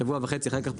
שבוע וחצי אחר כך,